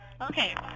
Okay